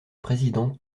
présidente